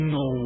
no